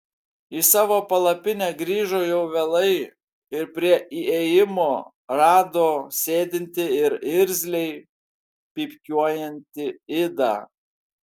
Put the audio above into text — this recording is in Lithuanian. į savo palapinę grįžo jau vėlai ir prie įėjimo rado sėdintį ir irzliai pypkiuojantį idą